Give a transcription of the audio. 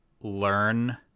learn